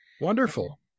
wonderful